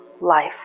life